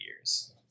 years